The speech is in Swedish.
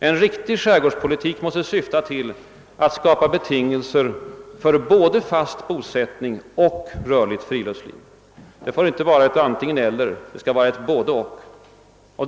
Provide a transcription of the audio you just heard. En riktig skärgårdpolitik måste syfta till att skapa betingelser för både fast bosättning och rörligt fritidsliv. Det får inte vara ett antingen—eller utan det skall vara ett både—och.